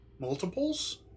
Multiples